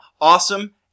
Awesome